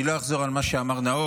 אני לא אחזור על מה שאמר נאור,